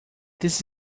this